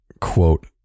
Quote